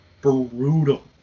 brutal